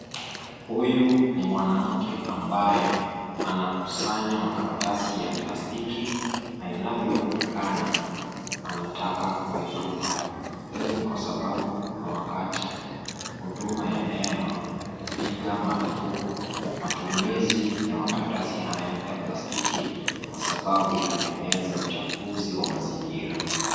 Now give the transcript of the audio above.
Huyu ni mwanamke ambaye anakusanya makaratasi ya plastiki na inayvonekana anataka kuyatupa. Hii ni kwa sababau kuna wakati huduma na neema ilipiga marufuku matumizi ya makaratasi haya ya plastiki kwa sababu yanaeneza uchafuzi wa mazingira.